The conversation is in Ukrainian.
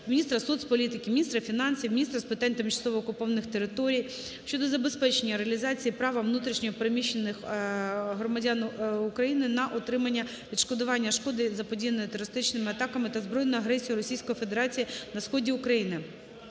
міністра соціполітики, міністра фінансів, міністра з питань тимчасово окупованих територій щодо забезпечення реалізації права внутрішньо переміщених громадян України на отримання відшкодування шкоди заподіяної терористичними актами та збройною агресією Російської Федерації на сході України.